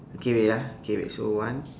okay wait ah okay wait so one